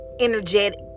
energetic